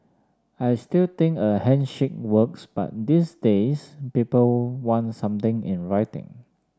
I still think a handshake works but these days people want something in writing